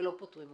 ולא פותרים אותה.